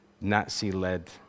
Nazi-led